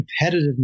competitiveness